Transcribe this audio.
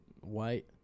White